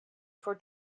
for